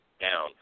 down